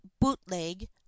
bootleg